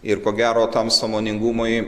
ir ko gero tam sąmoningumui